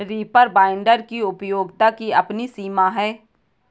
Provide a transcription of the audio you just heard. reaper binder की उपयोगिता की अपनी सीमा है